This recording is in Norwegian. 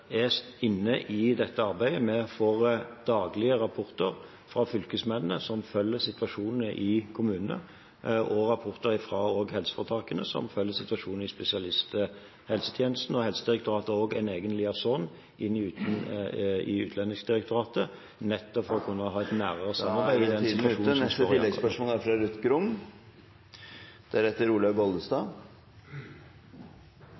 er inne i dette arbeidet. Vi får daglig rapporter fra fylkesmennene, som følger situasjonen i kommunene, og også rapporter fra helseforetakene, som følger situasjonen i spesialisthelsetjenesten. Helsedirektoratet har også en egen liaison i Utlendingsdirektoratet, nettopp for å kunne ha et nærere samarbeid … Taletiden er omme. Ruth Grung